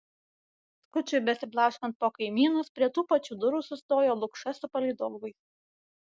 skučui besiblaškant po kaimynus prie tų pačių durų sustojo lukša su palydovais